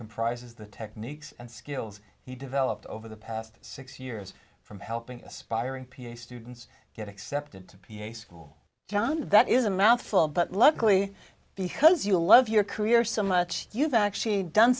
comprises the techniques and skills he developed over the past six years from helping aspiring ph students get accepted to ph school john that is a mouthful but luckily because you love your career so much you've actually done